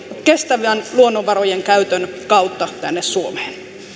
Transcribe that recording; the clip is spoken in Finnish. kestävän luonnonvarojen käytön kautta tänne suomeen